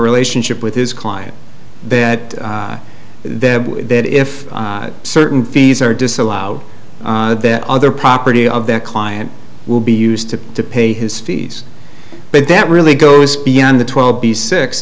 relationship with his client that they have that if certain fees are disallowed that other property of their client will be used to pay his fees but that really goes beyond the twelve b six